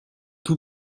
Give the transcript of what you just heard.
tout